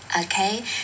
Okay